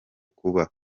kuba